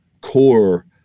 core